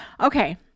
okay